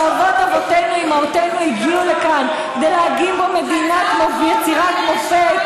שאבות אבותינו ואימותינו הגיעו לכאן כדי להקים פה יצירת מופת?